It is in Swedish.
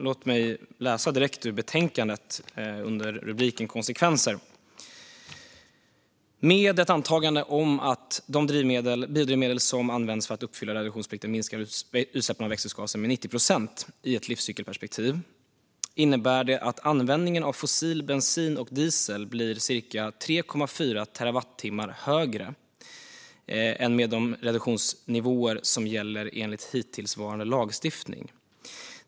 Låt mig läsa direkt ur betänkandet, under rubriken "Konsekvenser": "Med ett antagande om att de biodrivmedel som används för att uppfylla reduktionsplikten minskar utsläppen av växthusgaser med 90 procent i ett livscykelperspektiv innebär det att användningen av fossil bensin och diesel blir ca 3,4 TWh högre än med de reduktionsnivåer som gäller enligt hittillsvarande lagstiftning.